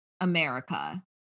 America